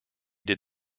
did